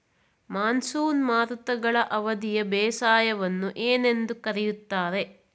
Monsoon ಮಾರುತಗಳ ಅವಧಿಯ ಬೇಸಾಯವನ್ನು ಏನೆಂದು ಕರೆಯುತ್ತಾರೆ?